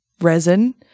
resin